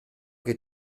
che